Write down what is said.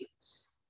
use